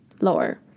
lower